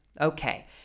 Okay